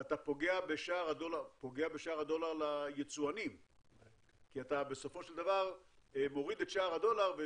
אתה פוגע בשער הדולר ליצואנים כי אתה בסופו של דבר מוריד את שער הדולר.